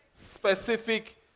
Specific